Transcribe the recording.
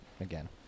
again